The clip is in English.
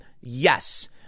yes